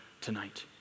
tonight